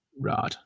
Right